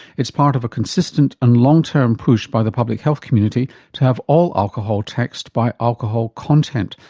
it's part of a consistent and long term push by the public health community to have all alcohol taxed by alcohol content,